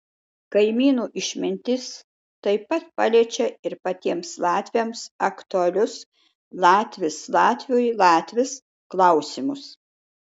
kaimynų išmintis taip pat paliečia ir patiems latviams aktualius latvis latviui latvis klausimus